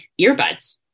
earbuds